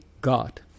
God